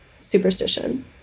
superstition